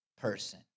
person